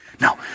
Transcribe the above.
No